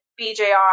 BJR